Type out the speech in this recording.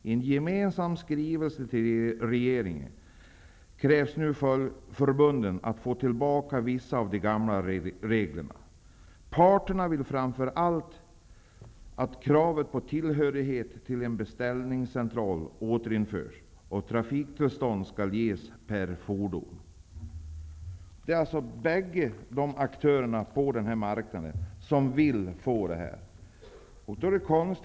I en gemensam skrivelse till regeringen kräver nu förbunden att få tillbaka vissa av de gamla reglerna. Parterna vill framför allt att kravet på tillhörighet till beställningscentral återinförs och att trafiktillståndet ska gälla per fordon.'' Båda aktörerna på marknaden vill att kraven skall återinföras.